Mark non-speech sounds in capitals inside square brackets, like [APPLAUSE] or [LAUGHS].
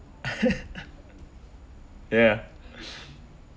[LAUGHS] yeah